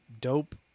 dope